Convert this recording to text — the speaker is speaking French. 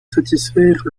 satisfaire